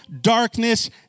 darkness